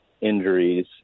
injuries